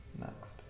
next